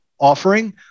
offering